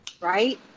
right